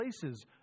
places